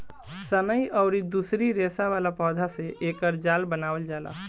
सनई अउरी दूसरी रेसा वाला पौधा से एकर जाल बनावल जाला